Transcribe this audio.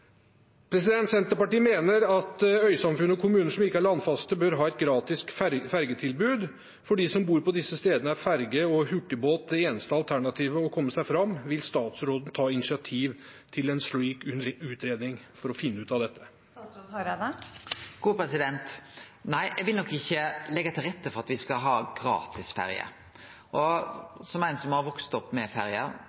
Senterpartiet mener at øysamfunn og kommuner som ikke er landfaste bør ha et gratis ferjetilbud. For dem som bor på disse stedene, er ferje og hurtigbåt det eneste alternativet for å komme seg fram. Vil statsråden ta initiativ til en slik utredning for å finne ut av dette? Nei, eg vil nok ikkje leggje til rette for at me skal ha gratis ferje.